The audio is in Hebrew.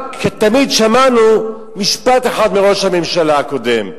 תמיד שמענו משפט אחד מראש הממשלה הקודם: